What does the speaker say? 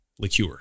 liqueur